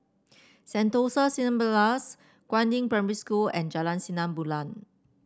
Sentosa Cineblast Guangyang Primary School and Jalan Sinar Bulan